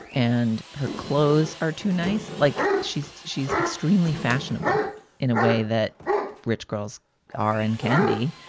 and her clothes are too nice. like, she's she's extremely fashionable in a way that rich girls are and can be.